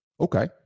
Okay